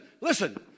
listen